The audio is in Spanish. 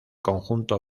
conjunto